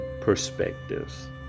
perspectives